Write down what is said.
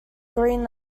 green